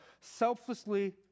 selflessly